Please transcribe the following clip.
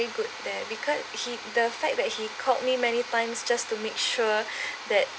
good there because he the fact that he called me many times just to make sure that